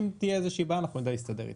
אם תהיה איזושהי בעיה, אנחנו נדע להסתדר אתה.